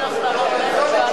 נגד --- בוא ונדבר לגופו של עניין.